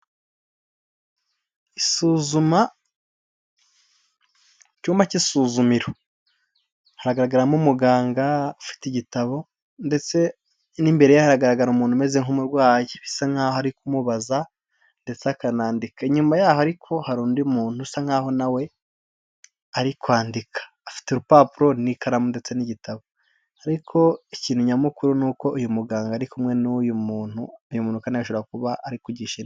Isuzuma, icyumba cy'isuzumiro, haragaragaramo umuganga ufite igitabo ndetse n'imbere ye haragaragara umuntu umeze nk'umurwayi bisa nkaho ari kumubaza ndetse akanandika, inyuma ya ho ariko hari undi muntu usa nkaho na we ari kwandika afite urupapuro n'ikaramu ndetse n'igitao ariko ikintu nyamukuru ni uko uyu muganga ari kumwe n'uyu muntu, uyu muntu Kandi ashobora kuba ari kugishi.